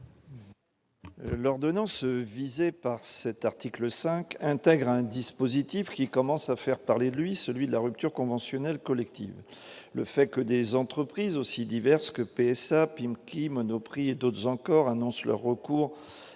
L'ordonnance visé par cet article 5 intègre un dispositif qui commence à faire parler de lui, celui de la rupture conventionnelle collective, le fait que des entreprises aussi diverses que PSA Pim qui Monoprix et d'autres encore, annonce le recours